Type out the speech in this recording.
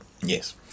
Yes